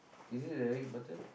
is it the red button